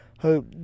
Hope